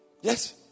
Yes